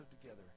together